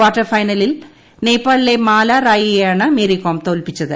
quarter ഫൈനലിൽ നേപ്പാളിലെ മാലാ റായിയെയാണ് മേരികോം തോൽപ്പിച്ചത്